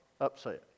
upset